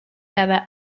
cada